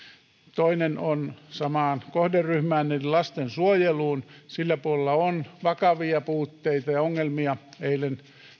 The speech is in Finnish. toinen on samaan kohderyhmään eli lastensuojeluun sillä puolella on vakavia puutteita ja ongelmia eilen